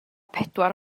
pedwar